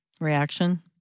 Reaction